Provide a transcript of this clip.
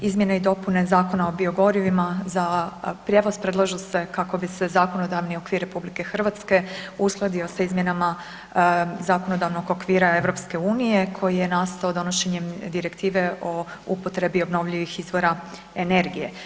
Izmjene i dopune Zakona o biogorivima za prijevoz predlažu se kako bi se zakonodavni okvir RH uskladio sa izmjenama zakonodavnog okvira EU koji je nastao donošenjem Direktive o upotrebi obnovljivih izvora energije.